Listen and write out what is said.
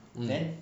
mm